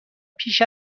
پیش